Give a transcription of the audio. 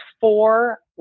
four